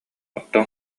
оттон